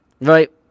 right